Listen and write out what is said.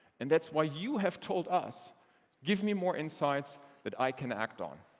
and that's why you have told us give me more insights that i can act on.